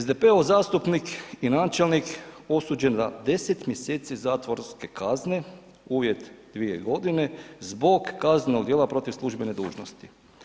SDP-ov zastupnik i načelnik osuđen na 10. mjeseci zatvorske kazne, uvjet 2.g., zbog kaznenog dijela protiv službene dužnosti.